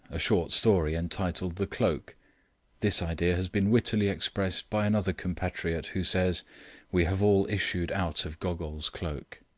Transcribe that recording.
a short story entitled the cloak this idea has been wittily expressed by another compatriot, who says we have all issued out of gogol's cloak.